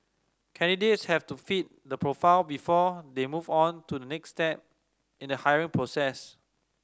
candidates have to fit the profile before they move on to the next step in the hiring process